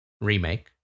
remake